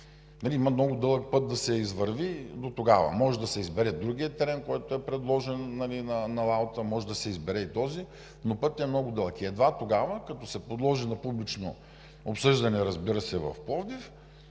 Има много дълъг път да се извърви дотогава. Може да се избере другият терен, който е предложен – в „Лаута“, може да се избере и този, но пътят е много дълъг. Едва тогава, като се подложи на публично обсъждане, разбира се, в Пловдив,